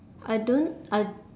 I don't I